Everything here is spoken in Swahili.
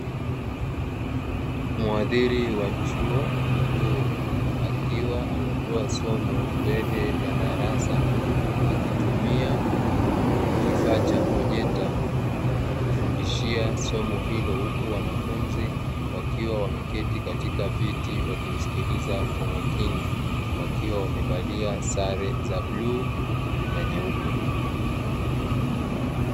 Mhadhiri wa chuo kikuu akiwa anatoa somo mbele ya darasa akitumia kifaa cha projekta kufundishia somo hilo, huku wanafunzi wakiwa wameketi katika viti wakimsikiliza kwa makini wakiwa wamevalia sare za bluu na nyeupe.